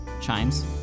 Chimes